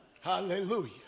Hallelujah